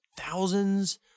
thousands